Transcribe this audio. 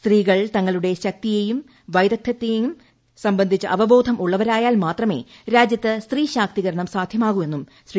സ്ത്രീകൾ തങ്ങളുടെ ശക്തിയേയ്ക്ക് വൈദഗ്ധ്യങ്ങളെയും സംബന്ധിച്ച് അവബോധം ഉള്ളവരായിൽ മാത്രമേ രാജ്യത്ത് സ്ത്രീശാക്തീകരണം സാധ്യമാക്ട് എന്നും ശ്രീ